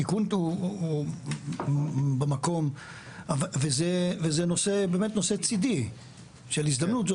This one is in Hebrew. התיקון פה הוא במקום וזה באמת נושא צידי של הזדמנות.